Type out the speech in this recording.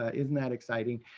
ah isn't that exciting?